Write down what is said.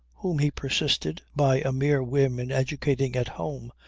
whom he persisted by a mere whim in educating at home,